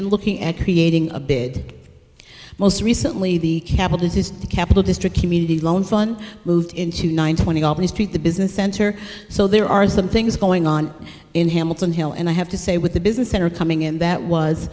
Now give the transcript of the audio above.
and looking at creating a bid most recently the capital the capital district community loan fund moved into nine twenty albany street the business center so there are some things going on in hamilton hill and i have to say with the business center coming in that was